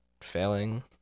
failing